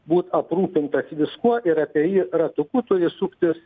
būt aprūpintas viskuo ir apie jį ratuku turi suktis